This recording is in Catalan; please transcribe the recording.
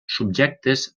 subjectes